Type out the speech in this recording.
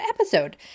episode